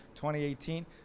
2018